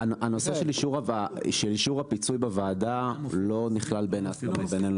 הנושא של אישור הפיצוי בוועדה לא נכלל בהסכמות בינינו